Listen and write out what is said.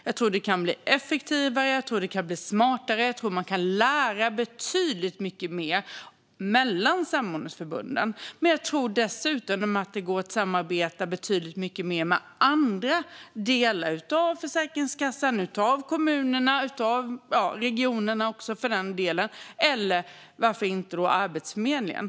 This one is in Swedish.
Jag tror att det kan bli effektivare, jag tror att det kan bli smartare och jag tror att man kan lära sig betydligt mycket mer av varandra mellan samordningsförbunden. Men jag tror dessutom att det går att samarbeta betydligt mycket mer med andra delar av Försäkringskassan, av kommunerna och även av regionerna - och varför inte av Arbetsförmedlingen.